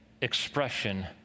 expression